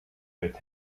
with